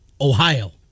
Ohio